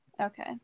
Okay